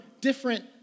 different